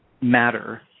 matter